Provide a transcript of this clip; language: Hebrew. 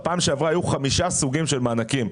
בפעם שעברה היו חמישה סוגים של מענקים.